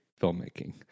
filmmaking